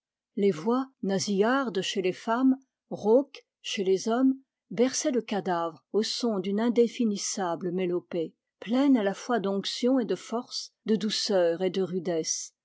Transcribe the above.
les voix nasillardes chez les femmes rauques chez les hommes berçaient le cadavre aux sons d'une indéfinissable mélopée pleine à la fois d'onction et de force de douceur et de rudesse